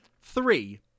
Three